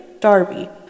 Darby